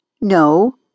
No